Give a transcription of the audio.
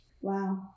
Wow